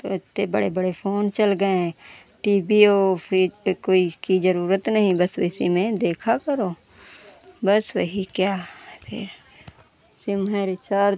अब तो इतने बड़े बड़े फोन चल गए हैं टी वी और फिर पर कोई इसकी ज़रुरत नहीं बस इसी में देखा करो बस वही क्या फिर सिम है रिचार्ज